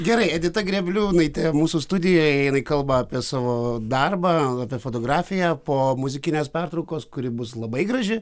gerai edita grėbliūnaitė mūsų studijoje jinai kalba apie savo darbą apie fotografiją po muzikinės pertraukos kuri bus labai graži